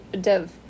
Dev